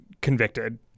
convicted